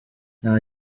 nta